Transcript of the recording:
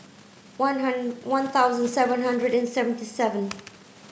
one one thousand seven hundred and seventy seven